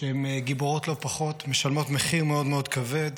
שהן גיבורות לא פחות, משלמות מחיר מאוד מאוד כבד.